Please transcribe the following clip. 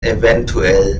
evtl